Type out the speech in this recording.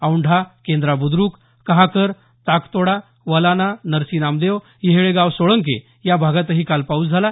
औंढा केंद्रा बुद्रक कहाकर ताकतोडा वलाना नरसी नामदेव येहळेगाव सोळंके या भागातही पाऊस झाला